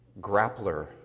grappler